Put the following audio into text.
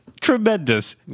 Tremendous